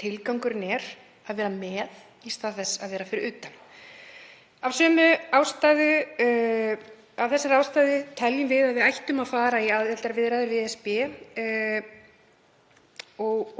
Tilgangurinn er að vera með í stað þess að standa fyrir utan. Af þeirri ástæðu teljum við að við ættum að fara í aðildarviðræður við ESB